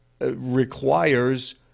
requires